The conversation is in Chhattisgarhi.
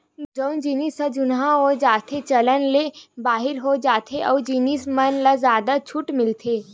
जउन जिनिस ह जुनहा हो जाथेए चलन ले बाहिर हो जाथे ओ जिनिस मन म जादा छूट मिलथे